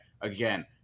again